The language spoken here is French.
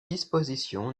disposition